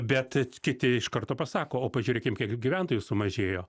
bet kiti iš karto pasako o pažiūrėkim kiek gyventojų sumažėjo